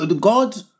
God